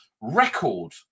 record